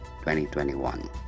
2021